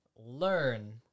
learn